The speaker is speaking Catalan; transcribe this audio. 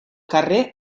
carrer